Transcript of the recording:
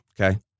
Okay